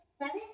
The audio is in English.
seven